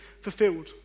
fulfilled